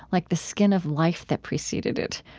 like the skin of life that preceded it.